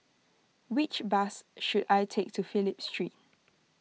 which bus should I take to Phillip Street